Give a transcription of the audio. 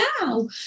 now